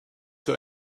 für